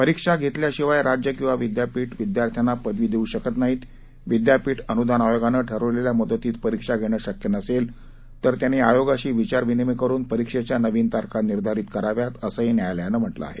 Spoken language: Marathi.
परीक्षा धेतल्याशिवाय राज्यं किवा विद्यापीठं विद्यार्थ्यांना पदवी देऊ शकत नाहीत विद्यापीठ अनुदान आयोगानं ठरवलेल्या मुदतीत परीक्षा घेणं शक्य नसेल तर त्यांनी आयोगाशी विचारविविमय करुन परीक्षेच्या नवीन तारखा निर्धारित कराव्यात असं न्यायालयानं म्हटलं आहे